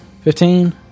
Fifteen